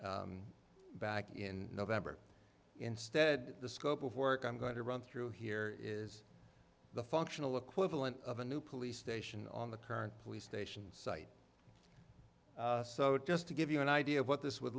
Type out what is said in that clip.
described back in november instead the scope of work i'm going to run through here is the functional equivalent of a new police station on the current police station site so just to give you an idea of what this would